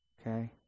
Okay